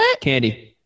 candy